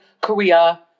Korea